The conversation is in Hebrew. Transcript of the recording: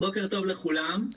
שלום לכולם,